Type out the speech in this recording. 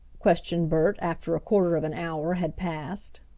questioned bert, after a quarter of an hour had passed.